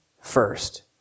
first